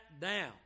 down